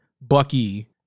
Bucky